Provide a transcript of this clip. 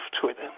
Twitter